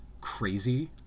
crazy